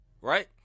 right